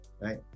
Right